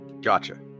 Gotcha